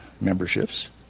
memberships